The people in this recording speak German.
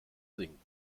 sinken